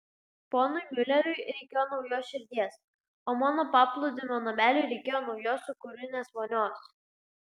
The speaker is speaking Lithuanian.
ponui miuleriui reikėjo naujos širdies o mano paplūdimio nameliui reikėjo naujos sūkurinės vonios